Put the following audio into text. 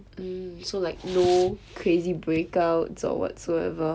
mm so like no crazy breakouts or whatsoever